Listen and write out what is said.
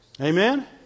Amen